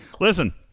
Listen